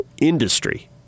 industry